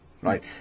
right